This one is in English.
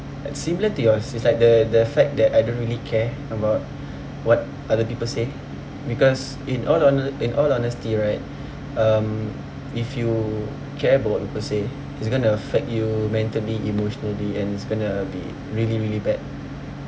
at similar to yours it's like the the fact that I don't really care about what other people say because in all hone~ in all honesty right um if you care about what people say it's gonna affect you mentally emotionally and it's gonna be really really bad